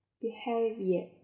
behavior